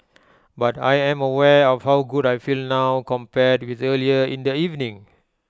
but I am aware of how good I feel now compared with earlier in the evening